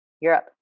Europe